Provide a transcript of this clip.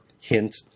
hint